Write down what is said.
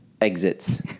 exits